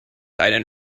einen